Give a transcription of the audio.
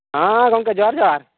ᱦᱮᱸ ᱜᱚᱢᱠᱮ ᱡᱚᱦᱟᱨ ᱡᱚᱦᱟᱨ